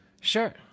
Sure